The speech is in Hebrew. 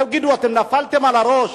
תגידו, אתם נפלתם על הראש?